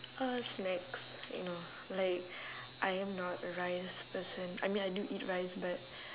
uh snacks you know like I am not a rice person I mean I do eat rice but